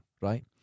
Right